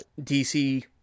DC